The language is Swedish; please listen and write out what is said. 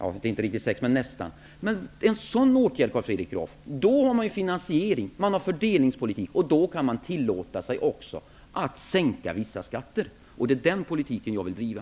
Med en sådan åtgärd får man en finansiering. Då finns en fördelningspolitik, och då kan man också tillåta sig att sänka vissa skatter. Detta är den politik som jag vill driva.